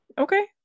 Okay